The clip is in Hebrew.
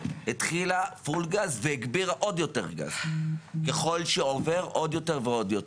התחילה פול גז והגבירה עוד יותר ועוד יותר.